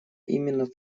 именно